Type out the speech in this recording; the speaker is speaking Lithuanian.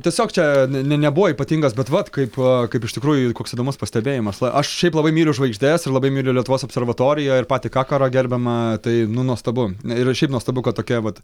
tiesiog čia ne nebuvo ypatingas bet vat kaip kaip iš tikrųjų koks įdomus pastebėjimas na aš šiaip labai myliu žvaigždes ir labai myliu lietuvos observatoriją ir patį kakarą gerbiamą tai nu nuostabu ir šiaip nuostabu kad tokia vat